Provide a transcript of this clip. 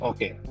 Okay